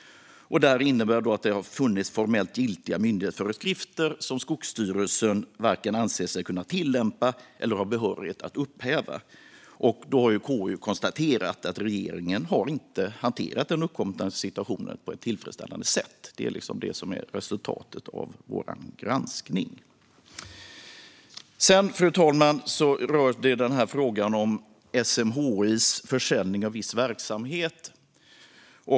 Detta innebär att det har funnits formellt giltiga myndighetsföreskrifter som Skogsstyrelsen varken anser sig kunna tillämpa eller har behörighet att upphäva. Då har KU konstaterat att regeringen inte har hanterat den uppkomna situationen på ett tillfredsställande sätt. Det är det som är resultatet av vår granskning. Fru talman! Sedan handlar det om frågan om SMHI:s försäljning av viss verksamhet.